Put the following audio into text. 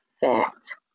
fact